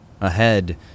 Ahead